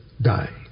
Die